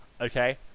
okay